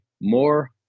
more